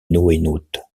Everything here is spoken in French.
noénautes